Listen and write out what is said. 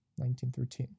1913